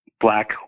black